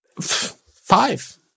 five